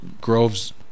Groves